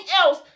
else